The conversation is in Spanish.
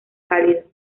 cálido